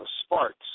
sparks